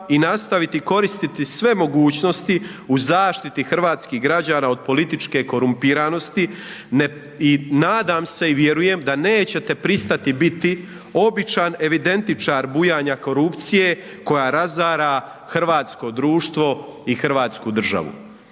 i nastaviti koristiti sve mogućnosti u zaštiti hrvatskih građana od političke korumpiranosti i nadam se i vjerujem da nećete pristati biti običan evidentičar bujanja korupcije koja razara hrvatsko društvo i Hrvatsku državu.